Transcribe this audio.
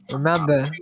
Remember